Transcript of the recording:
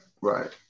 right